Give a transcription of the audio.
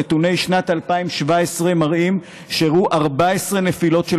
נתוני שנת 2017 מראים שאירעו 14 נפילות של